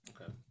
Okay